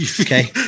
Okay